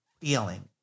feeling